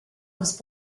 was